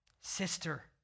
sister